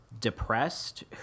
depressed